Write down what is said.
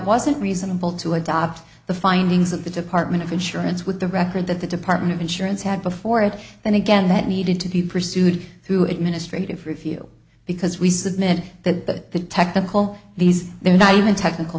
wasn't reasonable to adopt the findings of the department of insurance with the record that the department of insurance had before it then again that needed to be pursued who administrative review because we submit that the technical these there are not even technical